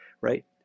right